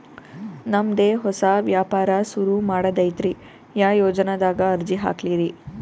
ನಮ್ ದೆ ಹೊಸಾ ವ್ಯಾಪಾರ ಸುರು ಮಾಡದೈತ್ರಿ, ಯಾ ಯೊಜನಾದಾಗ ಅರ್ಜಿ ಹಾಕ್ಲಿ ರಿ?